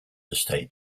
estate